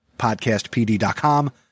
PodcastPD.com